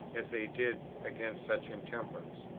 as they did, against such intemperance.